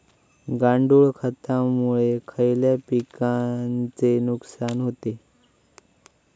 गांडूळ खतामुळे खयल्या पिकांचे नुकसान होते?